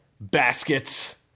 Baskets